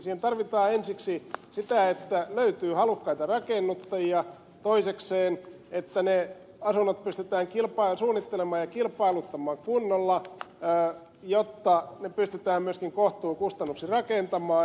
siihen tarvitaan ensiksi sitä että löytyy halukkaita rakennuttajia toisekseen että ne asunnot pystytään suunnittelemaan ja kilpailuttamaan kunnolla jotta ne pystytään myöskin kohtuukustannuksin rakentamaan